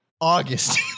August